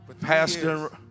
Pastor